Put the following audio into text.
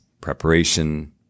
preparation